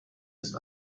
ist